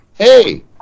Hey